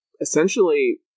essentially